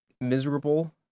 Miserable